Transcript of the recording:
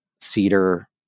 cedar